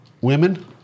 women